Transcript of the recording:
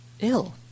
ill